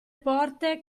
porte